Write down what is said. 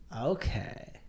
Okay